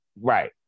Right